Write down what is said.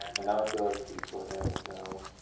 and now i feel like, peaceful again with no.